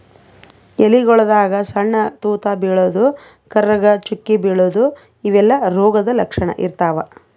ಎಲಿಗೊಳ್ದಾಗ್ ಸಣ್ಣ್ ತೂತಾ ಬೀಳದು, ಕರ್ರಗ್ ಚುಕ್ಕಿ ಬೀಳದು ಇವೆಲ್ಲಾ ರೋಗದ್ ಲಕ್ಷಣ್ ಇರ್ತವ್